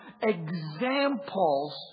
examples